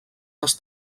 les